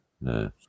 no